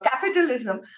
capitalism